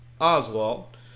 Oswald